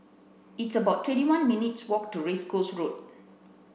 it's about twenty one minutes' walk to Race Course Road